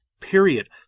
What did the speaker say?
Period